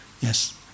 Yes